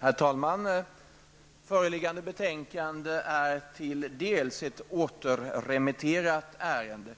Herr talman! Föreliggande betänkande är till dels ett återremitterat ärende.